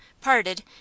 parted